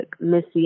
Missy